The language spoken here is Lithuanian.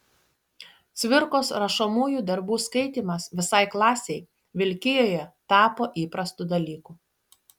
cvirkos rašomųjų darbų skaitymas visai klasei vilkijoje tapo įprastu dalyku